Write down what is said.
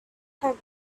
have